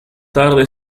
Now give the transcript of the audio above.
tarde